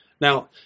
Now